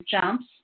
jumps